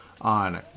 on